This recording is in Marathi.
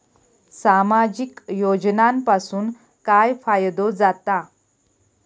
सामाजिक योजनांपासून काय फायदो जाता?